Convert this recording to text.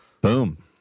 Boom